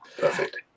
Perfect